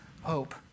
hope